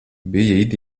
bija